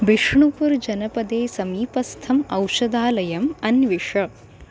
बिष्णुपुर् जनपदे समीपस्थम् औषधालयम् अन्विष